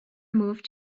moved